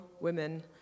women